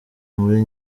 muri